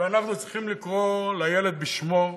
ואנחנו צריכים לקרוא לילד בשמו,